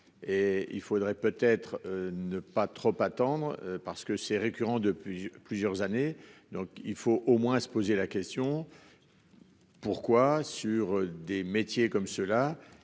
et il faudrait peut être ne pas trop attendre parce que c'est récurrent depuis plusieurs années, donc il faut au moins se poser la question. Pourquoi sur des métiers comme ceux-là,